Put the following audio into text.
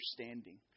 understanding